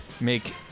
make